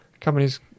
companies